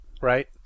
Right